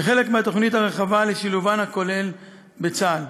כחלק מהתוכנית הרחבה של שילובן הכולל בצה״ל.